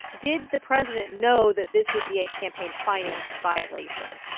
did the president know that this would be a campaign finance violation?